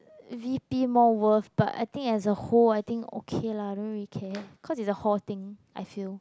V_P more worth but I think as a hall I think okay lah I don't really care cause it's the hall thing I fell